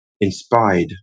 inspired